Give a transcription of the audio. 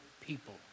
people